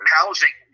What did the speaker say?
housing